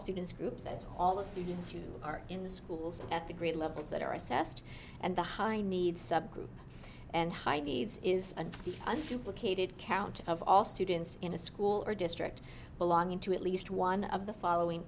students group that's all the students who are in the schools at the grade levels that are assessed and the high needs subgroup and high needs is an undue blockaded count of all students in a school or district belonging to at least one of the following